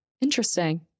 interesting